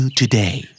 today